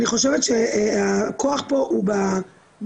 אני חושבת שהכוח פה הוא בנוער,